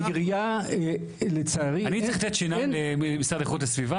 לעירייה לצערי אין --- אני צריך לתת שיניים למשרד לאיכות הסביבה?